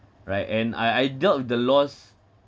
right and I I dealt with the loss